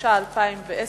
התש"ע 2010,